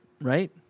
right